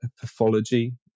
pathology